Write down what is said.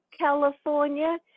California